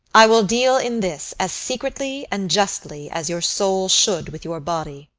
i will deal in this as secretly and justly as your soul should with your body.